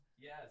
Yes